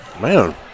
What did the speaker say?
man